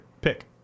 Pick